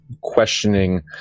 questioning